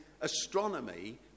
astronomy